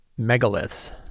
megaliths